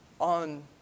on